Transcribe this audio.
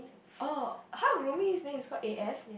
oh [huh] Romy's name is called A_F